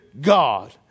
God